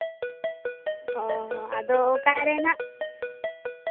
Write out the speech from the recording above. ᱚᱸᱻ ᱟᱫᱚ ᱚᱠᱟᱨᱮ ᱱᱟᱦᱟᱸᱜ